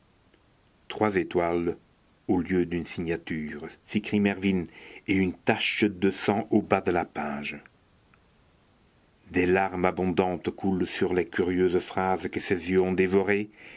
trois étoiles au lieu d'une signature s'écrie mervyn et une tache de sang au bas de la page des larmes abondantes coulent sur les curieuses phrases que ses yeux ont dévorées